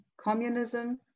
communism